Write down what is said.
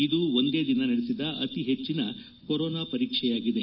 ಇದು ಒಂದೇ ದಿನ ನಡೆಸಿದ ಅತಿ ಹೆಚ್ಚಿನ ಕೊರೋನಾ ಪರೀಕ್ಷೆಯಾಗಿದೆ